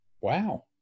Wow